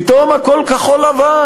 פתאום הכול כחול-לבן.